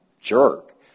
jerk